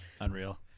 Unreal